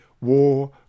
war